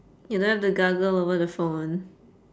you don't have to gargle over the phone